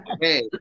Hey